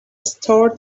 store